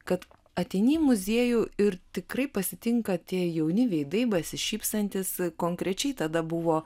kad ateini į muziejų ir tikrai pasitinka tie jauni veidai besišypsantys konkrečiai tada buvo